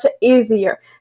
easier